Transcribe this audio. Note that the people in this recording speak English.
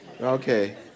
Okay